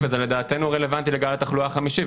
וזה לדעתנו רלוונטי לגל התחלואה החמישי.